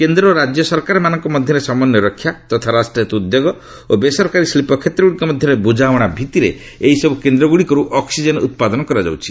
କେନ୍ଦ୍ର ଓ ରାଜ୍ୟ ସରକାରମାନଙ୍କ ମଧ୍ୟରେ ସମନ୍ଧୟ ରକ୍ଷା ତଥା ରାଷ୍ଟ୍ରାୟତ ଉଦ୍ୟୋଗ ଓ ବେସରକାରୀ ଶିଳ୍ପ କ୍ଷେତ୍ରଗୁଡ଼ିକ ମଧ୍ୟରେ ବୁଝାମଣା ଭିତ୍ତିରେ ଏଇସବୁ କେନ୍ଦ୍ର ଗୁଡ଼ିକରୁ ଅକ୍ନିଜେନ୍ ଉତ୍ପାଦନ କରାଯାଉଛି